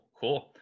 cool